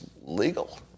legal